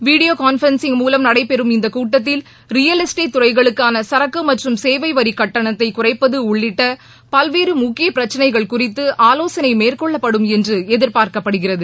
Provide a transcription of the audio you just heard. video conferencing மூலம் நடைபெறும் இந்த கூட்டத்தில் ரியல் எஸ்டேட் துறைகளுக்கான சரக்கு மற்றும் சேவைவரிக் கட்டணத்தை குறைப்பது உள்ளிட்ட பல்வேறு முக்கிய பிரச்சினைகள் குறித்து ஆலோசனை மேற்கொள்ளப்படும் என்று எதிர்பார்க்கப்படுகிறது